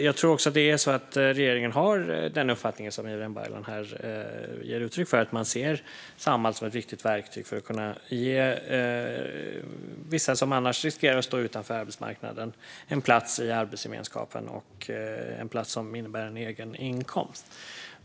Jag tror också att regeringen har den uppfattning som Ibrahim Baylan här ger uttryck för: att man ser Samhall som ett viktigt verktyg för att kunna ge vissa som annars riskerar att stå utanför arbetsmarknaden en plats i arbetsgemenskapen och en plats som innebär en egen inkomst.